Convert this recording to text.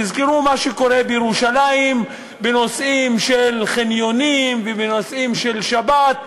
תזכרו מה שקורה בירושלים בנושאים של חניונים ובנושאים של שבת,